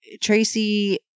Tracy